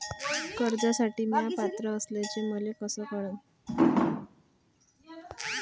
कर्जसाठी म्या पात्र असल्याचे मले कस कळन?